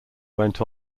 went